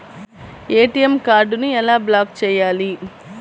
ATM కార్డుని ఎలా block చేయాలి?